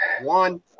one